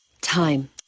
Time